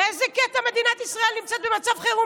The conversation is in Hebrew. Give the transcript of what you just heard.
באיזה קטע מדינת ישראל נמצאת במצב חירום